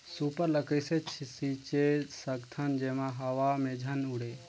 Super ल कइसे छीचे सकथन जेमा हवा मे झन उड़े?